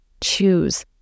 choose